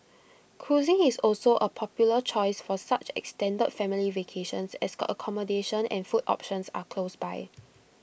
cruising is also A popular choice for such extended family vacations as accommodation and food options are close by